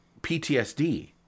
PTSD